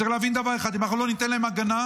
צריך להבין דבר אחד: אם אנחנו לא ניתן להם הגנה,